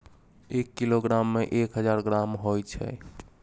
एक किलोग्राम में एक हजार ग्राम होय छै